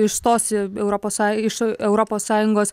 išstos europos sąj iš europos sąjungos